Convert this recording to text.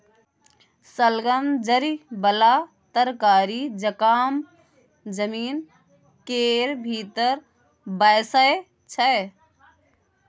शलगम जरि बला तरकारी जकाँ जमीन केर भीतर बैसै छै